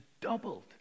doubled